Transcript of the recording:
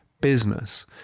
business